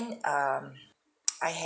um I had